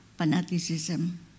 fanaticism